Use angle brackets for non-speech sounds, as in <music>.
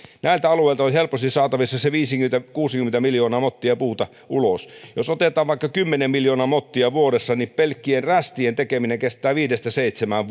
näiltä alueilta olisi helposti saatavissa se viisikymmentä viiva kuusikymmentä miljoonaa mottia puuta ulos jos otetaan vaikka kymmenen miljoonaa mottia vuodessa niin pelkkien rästien tekeminen kestää viisi viiva seitsemän <unintelligible>